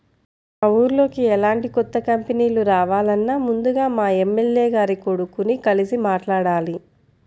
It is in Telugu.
మా ఊర్లోకి ఎలాంటి కొత్త కంపెనీలు రావాలన్నా ముందుగా మా ఎమ్మెల్యే గారి కొడుకుని కలిసి మాట్లాడాలి